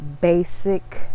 basic